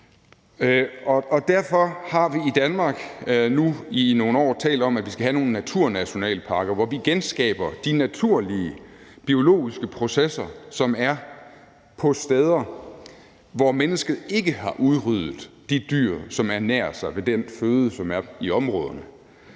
Derfor har vi i Danmark nu i nogle år talt om, at vi skal have nogle naturnationalparker, hvor vi genskaber de naturlige biologiske processer, som er på steder, hvor mennesket ikke har udryddet de dyr, som ernærer sig ved den føde, som er i områderne.